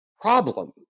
problem